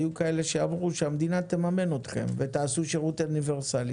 היו מי שאמרו שהמדינה תממן אתכם ותעשו שירות אוניברסלי.